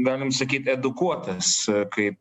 galim sakyt edukuotas kaip